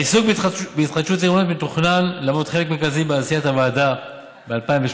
העיסוק בהתחדשות עירונית מתוכנן להוות חלק מרכזי בעשיית הוועדה ב-2018.